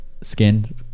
skin